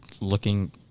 looking